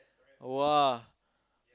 !wah!